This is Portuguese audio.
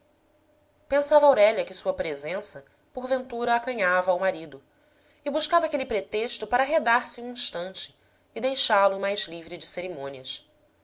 pensava aurélia que sua presença porventura acanhava ao marido e buscava aquele pretexto para arredar se um instante e deixá-lo mais livre de cerimônias